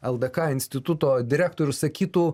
ldk instituto direktorių sakytų